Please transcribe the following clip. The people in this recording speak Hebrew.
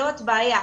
זאת בעיה.